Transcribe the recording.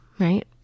right